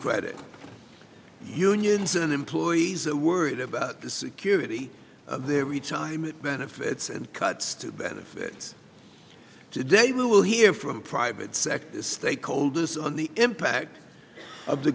credit unions and employees are worried about the security of their retirement benefits and cuts to benefit today we will hear from private sector stakeholders on the impact of the